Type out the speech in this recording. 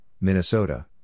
Minnesota